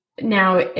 now